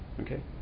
Okay